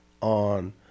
on